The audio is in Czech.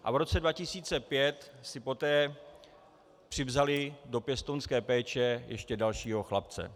V roce 2005 si poté vzali do pěstounské péče ještě dalšího chlapce.